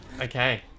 Okay